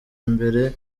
imbere